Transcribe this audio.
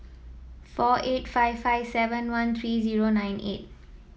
four eight five five seven one three zero nine eight